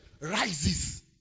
rises